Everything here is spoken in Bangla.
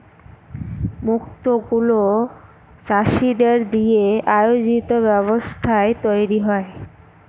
মুক্ত গুলো চাষীদের দিয়ে আয়োজিত ব্যবস্থায় তৈরী হয়